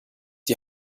die